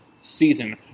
season